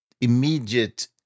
immediate